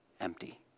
empty